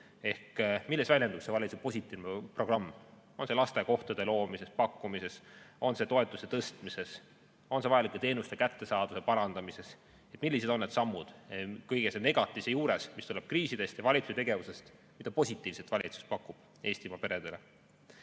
Milles väljendub valitsuse positiivne programm? On see lasteaiakohtade loomises, pakkumises, on see toetuste tõstmises, on see vajalike teenuste kättesaadavuse parandamises? Millised on need sammud kõige negatiivse juures, mis tuleb kriisidest ja valitsuse tegevusest? Mida positiivset valitsus pakub Eestimaa peredele?